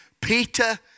Peter